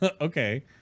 Okay